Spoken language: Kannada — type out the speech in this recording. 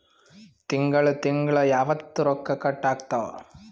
ತಿಂಗಳ ತಿಂಗ್ಳ ಯಾವತ್ತ ರೊಕ್ಕ ಕಟ್ ಆಗ್ತಾವ?